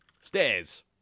Stairs